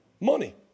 Money